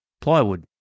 plywood